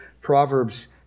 Proverbs